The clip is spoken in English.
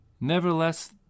Nevertheless